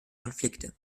konflikte